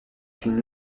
une